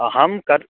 अहं कर्